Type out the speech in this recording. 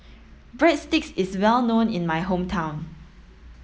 Breadsticks is well known in my hometown